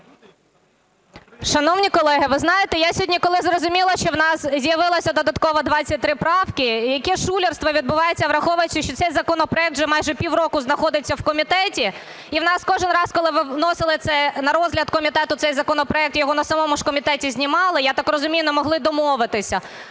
Шановні колеги, ви знаєте, я сьогодні коли зрозуміла, що у нас з'явилося додатково 23 правки, яке шулерство відбувається, враховуючи, що цей законопроект вже майже півроку знаходиться в комітеті, і у нас кожен раз, коли ви вносили на розгляд комітету цей законопроект і його на самому ж комітеті знімали, я так розумію, не могли домовитися